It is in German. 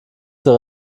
zur